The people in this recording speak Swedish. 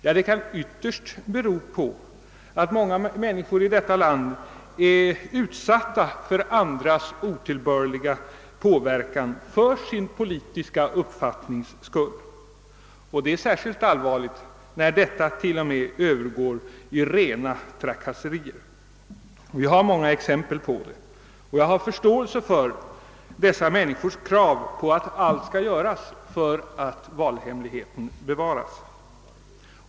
Ja, det kan ytterst bero på att många människor i detta land är utsatta för andras otillbörliga påverkan för sin politiska uppfattnings skull. Det är särskilt allvarligt när detta till och med övergår i rena trakasserier. Vi har många exempel härpå, och jag har förståelse för dessa människors krav på att allt skall göras för att valhemligheten skall bevaras.